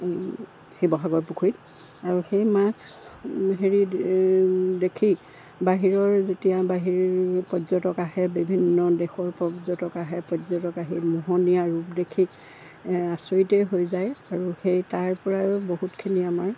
শিৱসাগৰ পুখুৰীত আৰু সেই মাছ হেৰি দেখি বাহিৰৰ যেতিয়া বাহিৰ পৰ্যটক আহে বিভিন্ন দেশৰ পৰ্যটক আহে পৰ্যটক আহি মোহনীয়া ৰূপ দেখি আচৰিতেই হৈ যায় আৰু সেই তাৰ পৰাই বহুতখিনি আমাৰ